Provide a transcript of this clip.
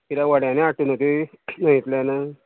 कित्याक वड्यानी हाडटा न्हू ती न्हंयतल्यान